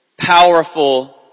powerful